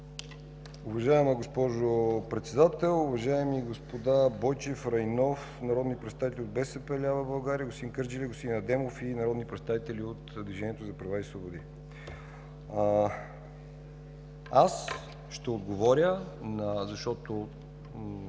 Уважаема госпожо Председател, уважаеми господа Бойчев, Райнов – народни представители от БСП лява България, господин Кърджалиев и господин Адемов – народни представители от Движението за права и свободи. Ще отговоря, защото